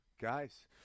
guys